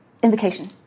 Invocation